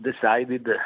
decided